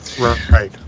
Right